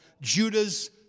Judah's